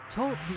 Talk